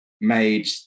made